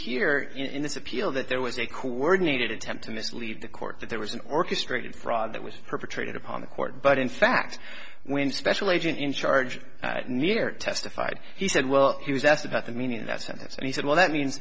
hear in this appeal that there was a coordinated attempt to mislead the court that there was an orchestrated fraud that was perpetrated upon the court but in fact when special agent in charge neared testified he said well he was asked about the meaning that sense and he said well that mean